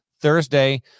Thursday